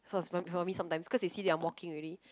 sometimes because they see they are walking already